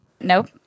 Nope